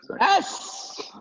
yes